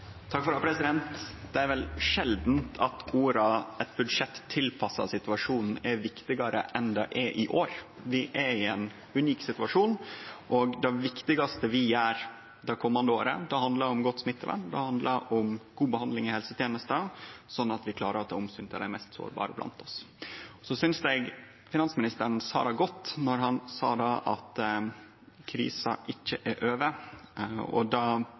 vel sjeldan at orda «eit budsjett tilpassa situasjonen» er viktigare enn det er i år. Vi er i ein unik situasjon, og det viktigaste vi gjer det komande året, handlar om godt smittevern og god behandling i helsetenesta, sånn at vi klarar å ta omsyn til dei mest sårbare blant oss. Eg synest finansministeren sa det godt då han sa at krisa ikkje er over. Det pregar òg det